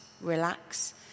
relax